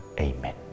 amen